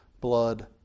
blood